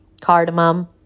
cardamom